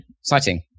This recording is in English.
exciting